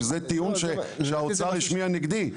זה טיעון שהאוצר השמיע נגדי.